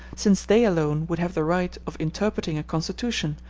since they alone would have the right of interpreting a constitution,